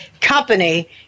company